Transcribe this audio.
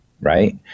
right